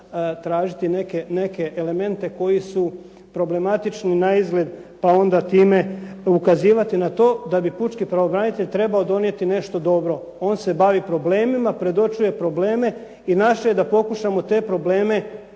tražiti neke elemente koji su problematični na izgled, pa onda time ukazivati na to da bi pučki pravobranitelj trebao donijeti nešto dobro. On se bavi problemima, predočuje probleme i naše je da pokušamo te probleme